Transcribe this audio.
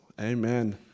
Amen